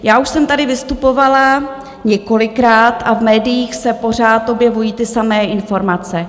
Já už jsem tady vystupovala několikrát a v médiích se pořád objevují ty samé informace.